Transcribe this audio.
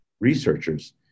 researchers